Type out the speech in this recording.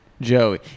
Joey